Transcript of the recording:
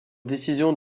décisions